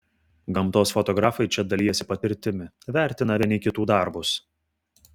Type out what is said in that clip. gamtos fotografai čia dalijasi patirtimi vertina vieni kitų darbus